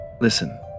listen